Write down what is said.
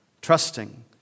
trusting